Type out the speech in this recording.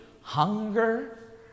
hunger